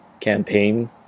campaign